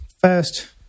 first